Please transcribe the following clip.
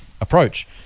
approach